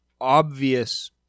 obvious